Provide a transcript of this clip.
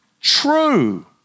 true